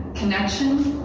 connection,